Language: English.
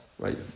Right